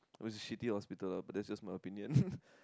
it was a shitty hospital ah but that's just my opinion